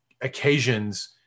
occasions